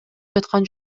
жаткан